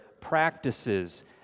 practices